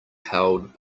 held